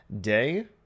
day